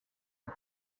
uwa